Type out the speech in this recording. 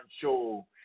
show